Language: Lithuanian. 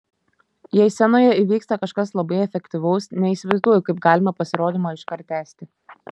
jei scenoje įvyksta kažkas labai efektyvaus neįsivaizduoju kaip galima pasirodymą iškart tęsti